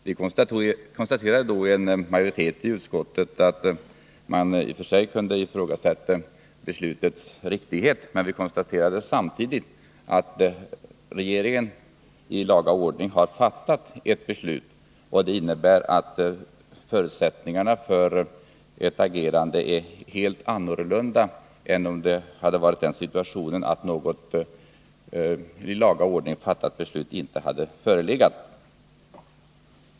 Majoriteten i utskottet har konstaterat att man i och för sig kunde ifrågasätta beslutets riktighet, men vi har samtidigt konstaterat att regeringen i laga ordning har fattat ett beslut. Det innebär att förutsättningarna för ett agerande är helt annorlunda nu än om situationen hade varit den att något i laga ordning fattat beslut inte hade förelegat.